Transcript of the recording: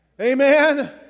Amen